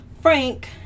Frank